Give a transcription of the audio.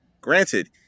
Granted